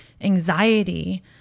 anxiety